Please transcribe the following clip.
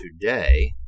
today